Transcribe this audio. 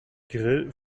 grill